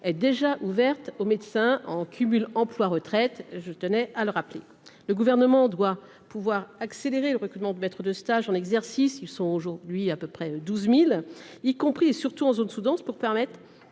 est déjà ouverte aux médecins en cumul emploi-retraite, je tenais à le rappeler, le gouvernement doit pouvoir accélérer le recrutement de maître de stage en exercice, ils sont aujourd'hui à peu près douze mille y compris et surtout en zone sous-dense pour permettre